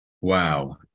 Wow